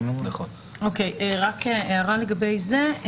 רק הערה לגבי זה.